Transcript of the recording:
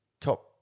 top